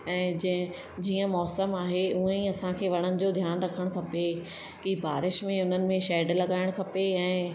ऐं जंहिं जीअं मौसम आहे उहा ई असांखे वणनि जो ध्यानु रखणु खपे कि बारिश में उन्हनि में शैड लॻाइणु खपे ऐं